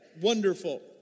Wonderful